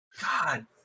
God